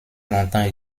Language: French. longtemps